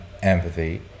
Empathy